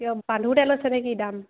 কিয় আছে নেকি দাম